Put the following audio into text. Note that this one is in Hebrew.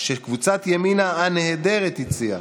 אני רוצה להתייחס בזמן הקצר שיש לי, נא לא להפריע,